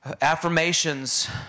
Affirmations